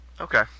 Okay